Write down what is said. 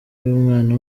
bw’umwana